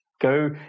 go